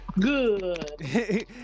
Good